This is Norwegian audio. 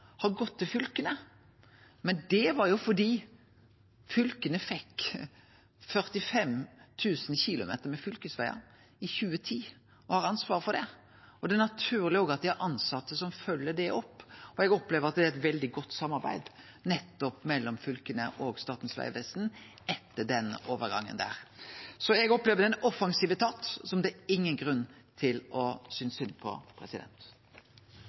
har gått til fylka, men det var fordi fylka fekk 45 000 km med fylkesvegar i 2010 og har ansvar for det. Det er også naturleg at dei har tilsette som følgjer det opp. Eg opplever at det er eit veldig godt samarbeid mellom fylka og Statens vegvesen etter den overgangen. Eg opplever ein offensiv etat som det er ingen grunn til å synast synd på.